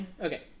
Okay